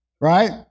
Right